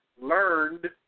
learned